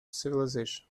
civilisation